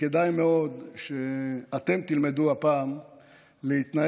וכדאי מאוד שאתם תלמדו הפעם להתנהג.